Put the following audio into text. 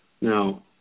Now